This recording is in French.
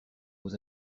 aux